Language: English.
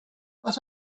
but